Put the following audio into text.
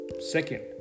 Second